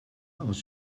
aus